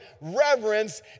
reverence